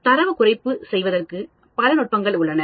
தரவு குறைப்பு செய்வதற்குபல நுட்பங்கள் உள்ளன